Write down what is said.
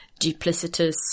duplicitous